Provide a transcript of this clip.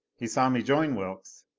he saw me join wilks,